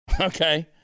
Okay